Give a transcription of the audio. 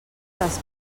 les